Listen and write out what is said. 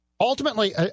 Ultimately